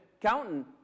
counting